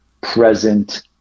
present